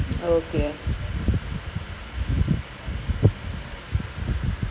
like நம்ம வந்து ஒரு நல்ல இடத்துல கண்டு:namma vanthu oru nalla iduthala kandu we need to find a good place lah so that like